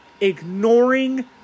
ignoring